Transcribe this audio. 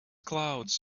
clouds